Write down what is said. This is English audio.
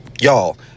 y'all